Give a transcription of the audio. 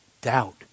doubt